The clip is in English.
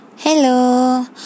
Hello